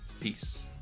Peace